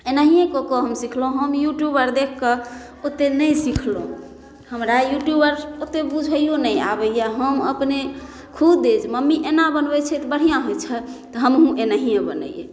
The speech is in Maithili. एनाहिये कऽ कऽ हम सिखलहुॅं हम यूट्यूब आर देख कऽ ओते नहि सिखलहुॅं हमरा यूट्यूब आर ओते बुझैयो नहि आबैया हम अपने खुदे मम्मी एना बनबै छथि बढ़िऑं होइ छै तऽ हमहुँ एनाहिये बनैयै